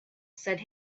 said